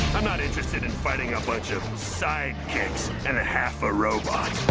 i'm not interested in fighting a bunch of sidekicks and a half a robot.